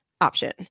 option